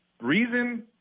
Reason